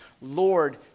Lord